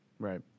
Right